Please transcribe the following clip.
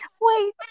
wait